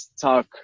talk